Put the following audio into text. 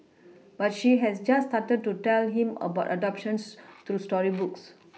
but she has just started to tell him about adoptions through storybooks